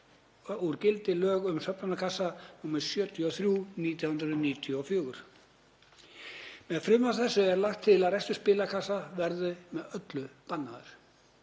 úr gildi lög um söfnunarkassa, nr. 73/1994. Með frumvarpi þessu er lagt til að rekstur spilakassa verði með öllu bannaður.